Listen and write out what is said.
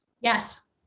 Yes